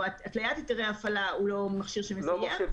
התליית היתרי הפעלה הוא לא מכשיר ש- --,